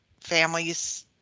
families